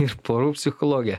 ir porų psichologiją